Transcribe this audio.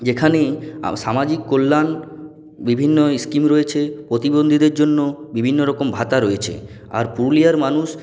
যেখানেই সামাজিক কল্যাণ বিভিন্ন ইস্কিম রয়েছে প্রতিবন্দীদের জন্য বিভিন্ন রকম ভাতা রয়েছে আর পুরুলিয়ার মানুষ